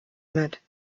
mit